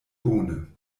bone